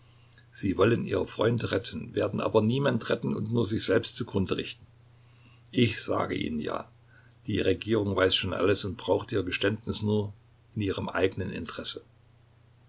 sie wollen ihre freunde retten werden aber niemand retten und nur sich selbst zu grunde richten ich sage ihnen ja die regierung weiß schon alles und braucht ihr geständnis nur in ihrem eigenen interesse